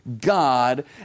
God